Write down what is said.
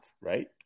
right